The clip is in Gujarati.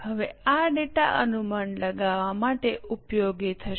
હવે આ ડેટા અનુમાન લગાવવા માટે ઉપયોગી થશે